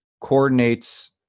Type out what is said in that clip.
coordinates